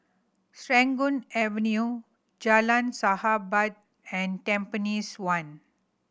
Serangoon Avenue Jalan Sahabat and Tampines One